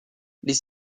les